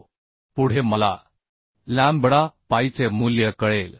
1523 पुढे मला लॅम्बडा पाईचे मूल्य कळेल